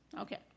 Okay